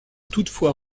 toutefois